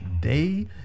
day